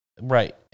Right